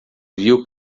viu